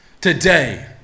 today